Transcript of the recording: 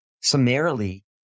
summarily